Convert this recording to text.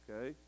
okay